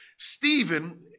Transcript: Stephen